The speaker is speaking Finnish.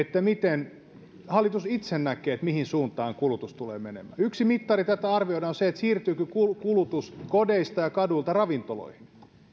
miten hallitus itse näkee mihin suuntaan kulutus tulee menemään yksi mittari arvioida tätä on se siirtyykö kulutus kodeista ja kaduilta ravintoloihin